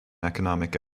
economic